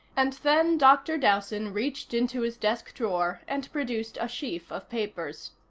and then dr. dowson reached into his desk drawer and produced a sheaf of papers.